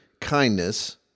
kindness